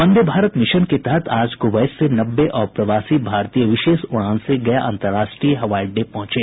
वंदे Bharat mission के तहत आज कुवैत से नब्बे अप्रवासी भारतीय विशेष उड़ान से गया अन्तर्राष्ट्रीय हवाई अड्डे पर पहुंचे